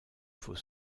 faut